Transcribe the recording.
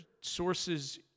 sources